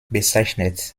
bezeichnet